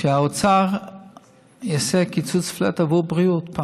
שהאוצר יעשה פעם קיצוץ flat עבור בריאות.